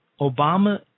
Obama